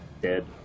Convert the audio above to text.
dead